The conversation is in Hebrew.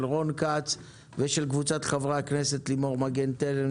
של רון כץ ושל קבוצת חברי הכנסת: לימור מגן תלם,